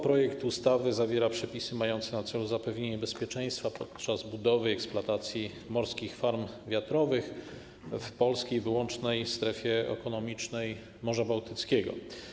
Projekt ustawy zawiera przepisy mające na celu zapewnienie bezpieczeństwa podczas budowy i eksploatacji morskich farm wiatrowych w polskiej wyłącznej strefie ekonomicznej Morza Bałtyckiego.